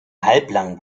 halblang